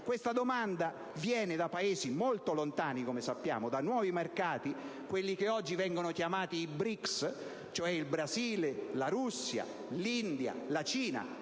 Questa domanda viene da Paesi molto lontani, come sappiamo, dai nuovi mercati, quelli che oggi vengono chiamati i BRICS, cioè il Brasile, la Russia, l'India, la Cina,